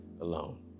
alone